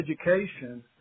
education